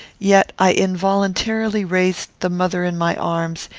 yet i involuntarily raised the mother in my arms,